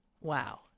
Wow